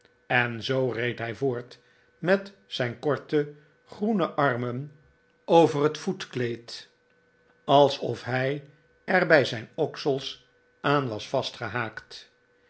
en zoo reed hij voort met zijn korte groene armen over het voetkleed alsof hij er bij zijn oksels aan was